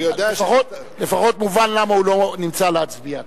לפחות מובן למה הוא לא נמצא כדי להצביע פה.